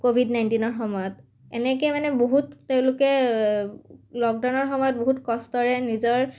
Covid নাইণ্টিনৰ সময়ত এনেকৈ মানে বহুত তেওঁলোকে লকডাউনৰ সময়ত বহুত কষ্টৰে নিজৰ